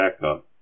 backup